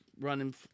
running